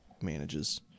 manages